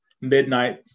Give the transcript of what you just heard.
midnight